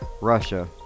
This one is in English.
russia